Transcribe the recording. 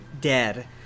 dead